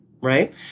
right